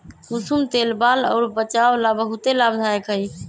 कुसुम तेल बाल अउर वचा ला बहुते लाभदायक हई